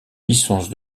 licence